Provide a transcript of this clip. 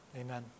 amen